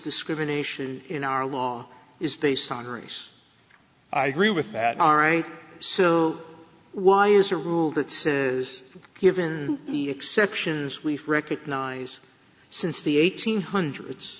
discrimination in our law is based on race i agree with that all right so why is a rule that is given any exceptions we recognize since the eighteen hundreds